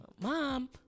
mom